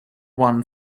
won